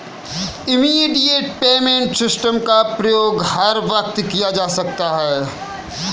immediate payment system का प्रयोग हर वक्त किया जा सकता है